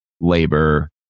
labor